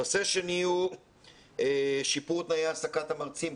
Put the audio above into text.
נושא שני הוא שיפור תנאי העסקת המרצים,